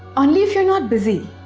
only if you're not busy.